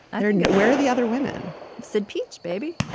i don't know. where are the other women said peach baby.